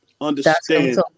Understand